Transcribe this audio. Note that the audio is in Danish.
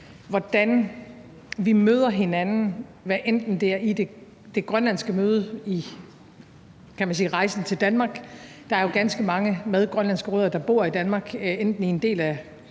hvordan vi møder hinanden. Det kan være i det grønlandske møde med Danmark – der er jo ganske mange med grønlandske rødder, der bor i Danmark enten en del af